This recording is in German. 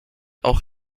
auch